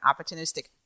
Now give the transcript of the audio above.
opportunistic